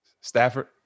Stafford